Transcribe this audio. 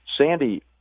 Sandy